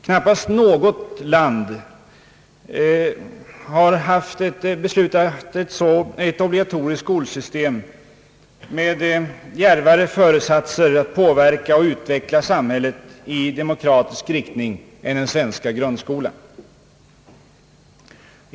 Knappast något land har beslutat ett obligatoriskt skolsystem med djärvare föresatser att påverka och utveckla samhället i demokratisk riktning än Sverige.